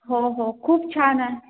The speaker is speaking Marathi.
हो हो खूप छान आ